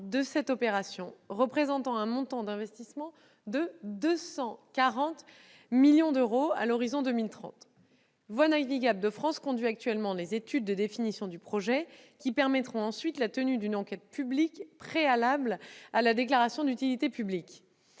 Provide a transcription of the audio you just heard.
de cette opération, représentant un montant d'investissement de 240 millions d'euros à l'horizon 2030. Voies navigables de France conduit actuellement les études de définition du projet qui permettront ensuite la tenue d'une enquête publique préalable à la déclaration d'utilité publique.